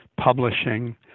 publishing